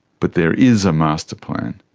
but there is a master plan.